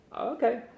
Okay